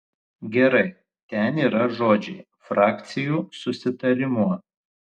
gerai ten yra žodžiai frakcijų susitarimu